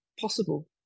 possible